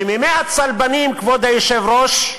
שמימי הצלבנים, כבוד היושב-ראש,